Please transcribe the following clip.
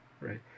right